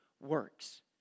works